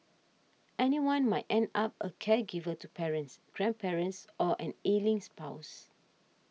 anyone might end up a caregiver to parents grandparents or an ailing spouse